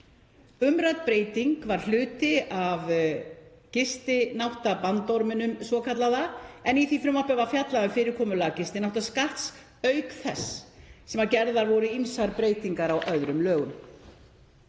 Umrædd breyting var hluti af gistináttabandorminum svokallaða en í því frumvarpi var fjallað um fyrirkomulag gistináttaskatts auk þess sem gerðar voru ýmsar breytingar á öðrum lögum.